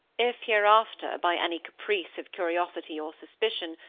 if, hereafter, by any caprice of curiosity or suspicion,